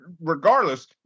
regardless